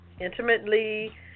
intimately